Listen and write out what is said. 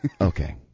okay